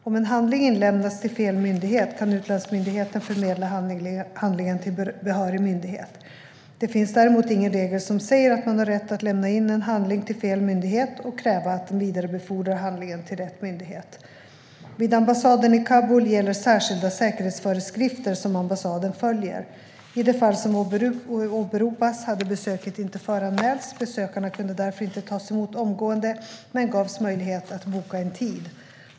Om en handling inlämnats till fel myndighet kan utlandsmyndigheten förmedla handlingen till behörig myndighet. Det finns däremot ingen regel som säger att man har rätt att lämna in en handling till fel myndighet och kräva att den vidarebefordrar handlingen till rätt myndighet. Vid ambassaden i Kabul gäller särskilda säkerhetsföreskrifter som ambassaden följer. I det fall som åberopas hade besöket inte föranmälts. Besökarna kunde därför inte tas emot omgående men gavs möjlighet att boka en tid.